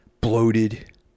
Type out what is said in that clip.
bloated